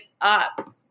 up